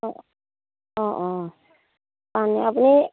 অঁ অঁ অঁ আপুনি